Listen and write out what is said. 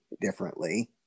differently